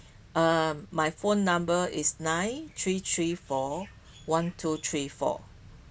uh my phone number is nine three three four one two three four